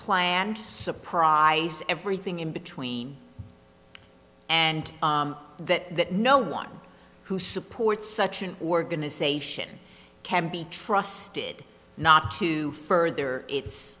planned surprise everything in between and that no one who supports such an organization can be trusted not to further it